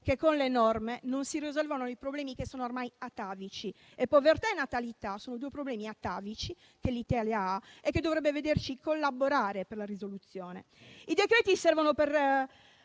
che con le norme non si risolvono i problemi che sono ormai atavici. Povertà e natalità sono due problemi atavici che l'Italia ha e che dovrebbero vederci collaborare per la loro risoluzione. I decreti servono per